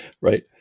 Right